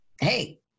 hey